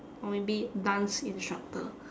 or maybe dance instructor